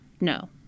No